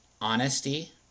honesty